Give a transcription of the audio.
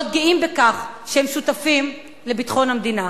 גאים בכך שהם שותפים לביטחון המדינה.